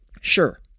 Sure